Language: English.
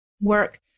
Work